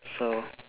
so